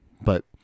But-